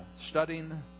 studying